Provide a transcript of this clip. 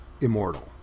immortal